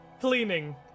cleaning